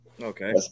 Okay